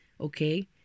okay